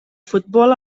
futbol